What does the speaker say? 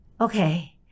okay